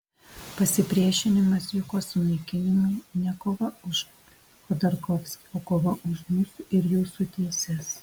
pasipriešinimas jukos sunaikinimui ne kova už chodorkovskį o kova už mūsų ir jūsų teises